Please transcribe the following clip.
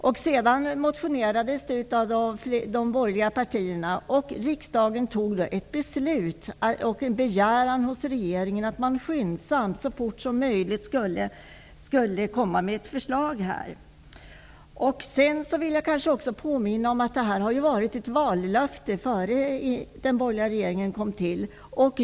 Det väcktes motioner från de borgerliga partiernas sida, och riksdagen fattade beslut om att begära att regeringen skyndsamt skall lägga fram ett förslag. Jag vill påminna om att detta har varit ett vallöfte även före den borgerliga regeringens tillträde.